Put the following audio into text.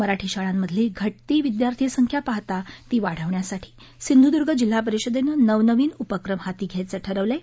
मराठी शाळांमधली घात्री विद्यार्थी संख्या पाहता ती वाढवण्यासाठी सिंधुद्गं जिल्हा परिषदेनं नवनवीन उपक्रम हाती घ्यायचं ठरवलं आहे